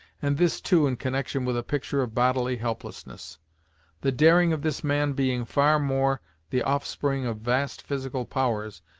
and this too in connection with a picture of bodily helplessness the daring of this man being far more the offspring of vast physical powers,